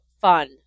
fun